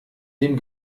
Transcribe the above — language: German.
dem